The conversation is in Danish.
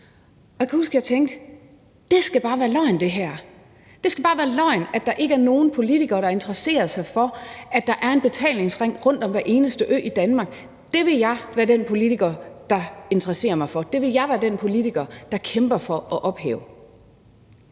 det her. Det skal bare være løgn, at der ikke er nogen politikere, der interesserer sig for, at der er en betalingsring rundt om hver eneste ø i Danmark. Det vil jeg være den politiker der interesserer sig for, det vil jeg være den politiker der kæmper for at ophæve.